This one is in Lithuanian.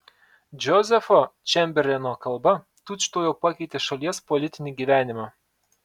džozefo čemberleno kalba tučtuojau pakeitė šalies politinį gyvenimą